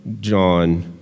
John